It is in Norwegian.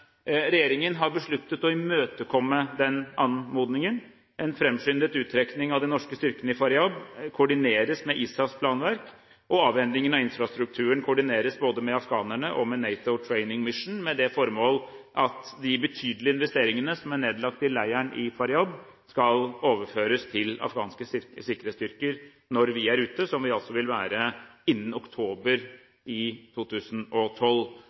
Regjeringen har besluttet å imøtekomme den anmodningen. En framskyndet uttrekning av de norske styrkene i Faryab koordineres med ISAFs planverk, og avhendingen av infrastrukturen koordineres både med afghanerne og med NATO Training Mission, med det formål at de betydelige investeringene som er nedlagt i leiren i Faryab, skal overføres til afghanske sikkerhetsstyrker når vi er ute, noe vi vil være innen oktober 2012.